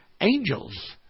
angels